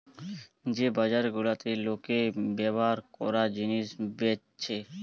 যে বাজার গুলাতে লোকে ব্যভার কোরা জিনিস বেচছে